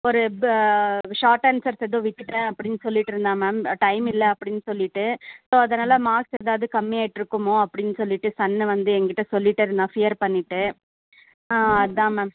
ஒரு ப short answers ஏதோ விட்டுட்டேன் அப்படின்னு சொல்லிகிட்டு இருந்தான் மேம் டைம் இல்லை அப்படின்னு சொல்லிகிட்டு ஸோ அதனால் மார்க்ஸ் ஏதாவது கம்மியாகிட்டு இருக்குமோ அப்படின்னு சொல்லிகிட்டு சன்னு வந்து எங்கிட்ட சொல்லிகிட்டு இருந்தான் ஃபியர் பண்ணிகிட்டு அதான் மேம்